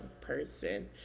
person